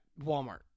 Walmart